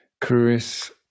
Chris